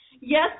Yes